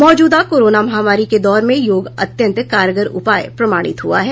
मौजूदा कोरोना महामारी के दौर में योग अत्यंत कारगर उपाय प्रमाणित हुआ है